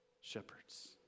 Shepherds